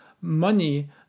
money